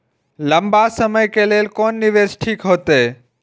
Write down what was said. लंबा समय के लेल कोन निवेश ठीक होते?